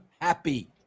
happy